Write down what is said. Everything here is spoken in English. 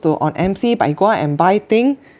to on M_C but he go out and buy thing